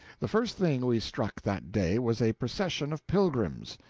the first thing we struck that day was a procession of pilgrims.